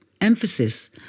emphasis